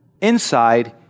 inside